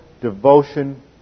devotion